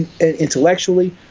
Intellectually